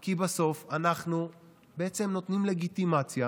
כי בסוף אנחנו נותנים לגיטימציה